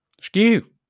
Skew